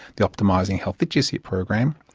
the optimising health literacy program,